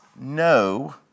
no